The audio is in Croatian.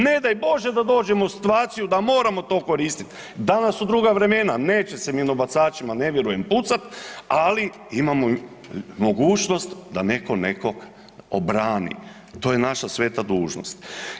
Ne daj bože da dođemo u situaciju da moramo to koristit', danas su druga vremena, neće se minobacačima, ne vjerujem, pucat, ali imamo mogućnost da netko nekog obrani, to je naša sveta dužnost.